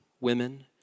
women